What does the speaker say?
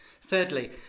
Thirdly